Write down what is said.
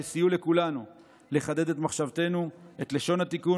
שסייעו לכולנו לחדד את מחשבתנו ואת לשון התיקון,